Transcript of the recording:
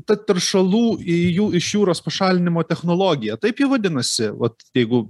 ta teršalų į jū iš jūros pašalinimo technologija taip vadinasi vat jeigu